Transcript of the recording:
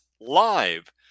live